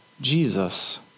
Jesus